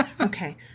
Okay